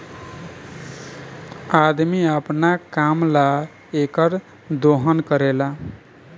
अदमी अपना काम ला एकर दोहन करेला